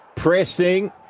pressing